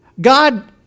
God